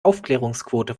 aufklärungsquote